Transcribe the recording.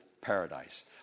paradise